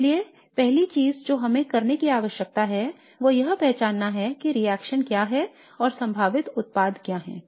इसलिए पहली चीज जो हमें करने की आवश्यकता है वह यह पहचानना है कि रिएक्शन क्या है और संभावित उत्पाद क्या हैं